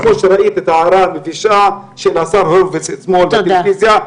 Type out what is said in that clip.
כמו שראית את ההערה המבישה של השר הורוביץ אתמול בטלוויזיה.